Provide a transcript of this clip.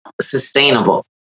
sustainable